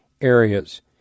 areas